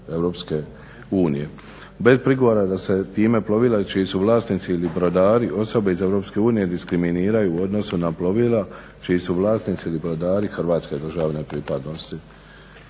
Bez prigovora da se time plovila čiji su vlasnici ili brodari osobe iz EU diskriminiraju u odnosu na plovila čiji su vlasnici ili brodari hrvatske državne pripadnosti.